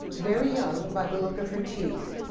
very young by the look of her teeth.